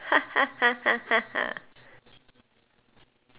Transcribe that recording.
ha ha ha ha ha